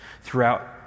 throughout